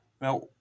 Now